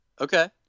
Okay